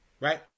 right